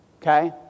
okay